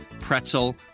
pretzel